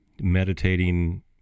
meditating